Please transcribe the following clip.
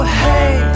hey